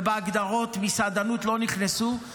ובהגדרות מסעדנות לא נכנסה.